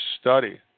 study